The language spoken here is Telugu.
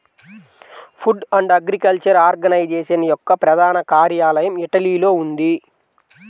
ఫుడ్ అండ్ అగ్రికల్చర్ ఆర్గనైజేషన్ యొక్క ప్రధాన కార్యాలయం ఇటలీలో ఉంది